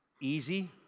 easy